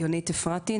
יונית אפרתי,